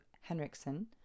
Henriksen